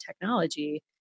technology